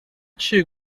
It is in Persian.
چیه